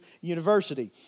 University